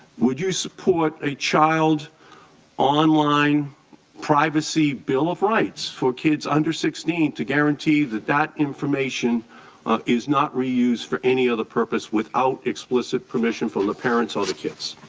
would you support a child online privacy bill of rights for kids under sixteen to guarantee that that information is not reused for any other purpose without explicit permission from the parents ah or kids.